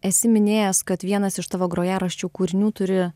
esi minėjęs kad vienas iš tavo grojaraščių kūrinių turi